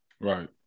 Right